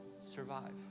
survive